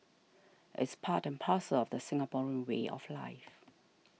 it's part and parcel of the Singaporean way of life